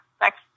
next